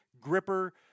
Gripper